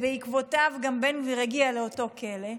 ובעקבותיו גם בן גביר הגיע לאותו כלא,